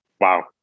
wow